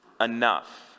enough